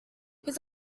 his